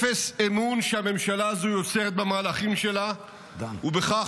אפס אמון שהממשלה הזו יוצרת במהלכים שלה ובכך